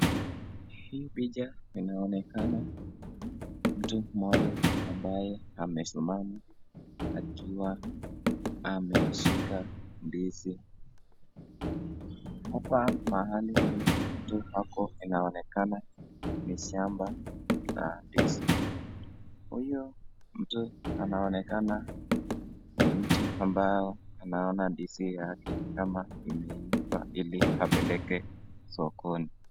Hii picha inaonekana mtu mmoja ambaye amesimama akiwa ameshika ndizi. Hapa mahali huyu mtu ako inaonekana ni shamba la ndizi. Huyu mtu anaonekana ni mtu ambaye anaona ndizi yake kama imeiva ili apeleke sokoni.